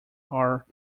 are